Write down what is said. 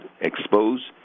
expose